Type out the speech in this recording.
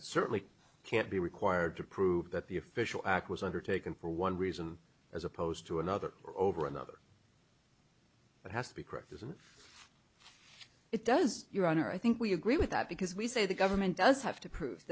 it certainly can't be required to prove that the official act was undertaken for one reason as opposed to another or over another but has to be correct as if it does your honor i think we agree with that because we say the government does have to prove